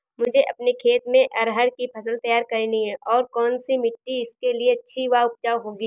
मुझे अपने खेत में अरहर की फसल तैयार करनी है और कौन सी मिट्टी इसके लिए अच्छी व उपजाऊ होगी?